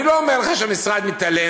אני לא אומר לך שהמשרד מתעלם,